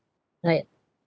right